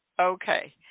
okay